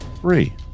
three